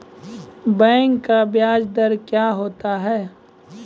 Bank का ब्याज दर क्या होता हैं?